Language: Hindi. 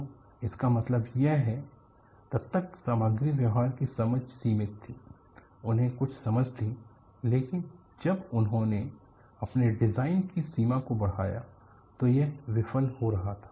तो इसका मतलब है कि तब तक सामग्री व्यवहार की समझ सीमित थी उन्हें कुछ समझ थी लेकिन जब उन्होंने अपने डिजाइन की सीमा को बढ़ाया तो यह विफल हो रहा था